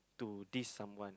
to this someone